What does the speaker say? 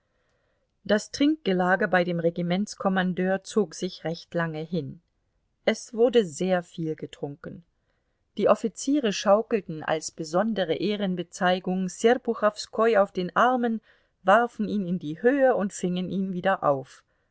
das trinkgelage bei dem regimentskommandeur zog sich recht lange hin es wurde sehr viel getrunken die offiziere schaukelten als besondere ehrenbezeigung serpuchowskoi auf den armen warfen ihn in die höhe und fingen ihn wieder auf